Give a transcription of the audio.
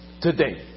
today